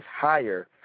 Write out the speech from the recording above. higher